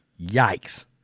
Yikes